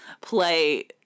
play